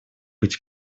быть